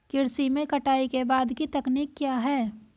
कृषि में कटाई के बाद की तकनीक क्या है?